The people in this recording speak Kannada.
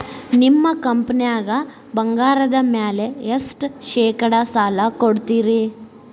ನಿಮ್ಮ ಕಂಪನ್ಯಾಗ ಬಂಗಾರದ ಮ್ಯಾಲೆ ಎಷ್ಟ ಶೇಕಡಾ ಸಾಲ ಕೊಡ್ತಿರಿ?